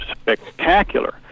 spectacular